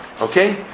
okay